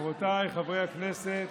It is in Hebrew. רבותיי חברי הכנסת,